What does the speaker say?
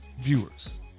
viewers